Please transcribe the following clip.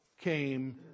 came